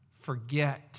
forget